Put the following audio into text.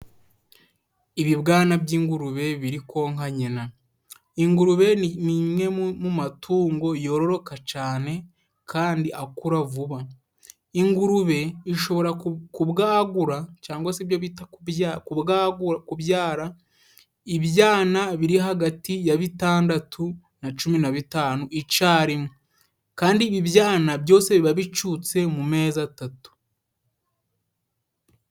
Ibibwana by'ingurube biri konka nyina， ingurube ni imwe mu matungo yororoka cane kandi akura vuba， ingurube ishobora kubwagura cangwa se ibyo bita kubyara ibyana biri hagati ya bitandatu na cumi na bitanu icarimwe，kandi ibi byana byose biba bicutse mu mezi atatu.